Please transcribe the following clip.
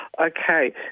Okay